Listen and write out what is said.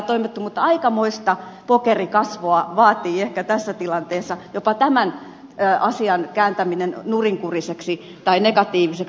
aikamoista pokerikasvoa vaatii ehkä tässä tilanteessa jopa tämän asian kääntäminen nurinkuriseksi tai negatiiviseksi